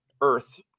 earth